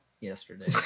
yesterday